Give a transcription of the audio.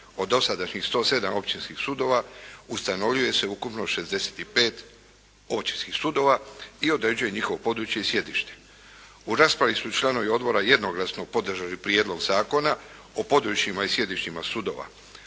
od dosadašnjih 107. općinskih sudova, ustanovljuje se ukupno 65 općinskih sudova i određuje njihovo područje i sjedište. U raspravi su članovi odbora jednoglasno podržali Prijedlog zakona o područjima i sjedištima sudova.